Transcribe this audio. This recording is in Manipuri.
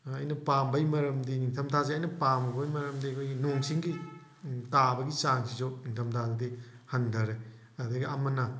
ꯑꯩꯅ ꯄꯥꯝꯕꯩ ꯃꯔꯝꯗꯤ ꯅꯤꯡꯊꯝ ꯊꯥꯁꯦ ꯑꯩꯅ ꯄꯥꯝꯃꯨꯕꯩ ꯃꯔꯝꯗꯤ ꯑꯩꯈꯣꯏꯒꯤ ꯅꯣꯡ ꯆꯤꯡꯒꯤ ꯇꯥꯕꯒꯤ ꯆꯥꯡꯁꯤꯁꯨ ꯅꯤꯡꯊꯝ ꯊꯥꯗꯗꯤ ꯍꯟꯗꯔꯦ ꯑꯗꯒꯤ ꯑꯃꯅ